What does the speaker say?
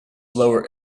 lower